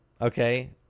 okay